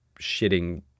shitting